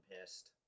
pissed